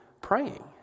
praying